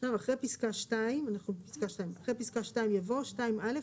אחרי פסקה 2 יבוא 2 א.